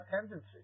tendency